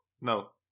No